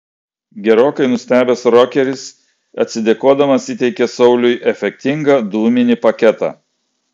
gerokai nustebęs rokeris atsidėkodamas įteikė sauliui efektingą dūminį paketą